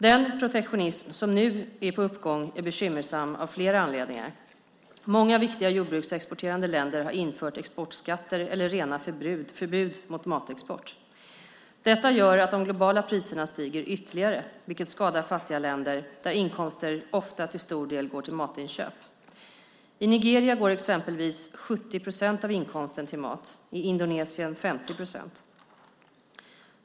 Den protektionism som nu är på uppgång är bekymmersam av flera anledningar. Många viktiga jordbruksexporterande länder har infört exportskatter eller rena förbud mot matexport. Detta gör att de globala priserna stiger ytterligare, vilket skadar fattiga länder, där inkomster ofta till stor del går till matinköp. I Nigeria går exempelvis 70 procent av inkomsten till mat, i Indonesien 50 procent.